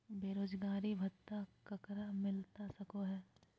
बेरोजगारी भत्ता ककरा मिलता सको है?